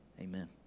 amen